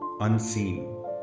unseen